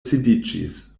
sidiĝis